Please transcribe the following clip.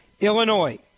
Illinois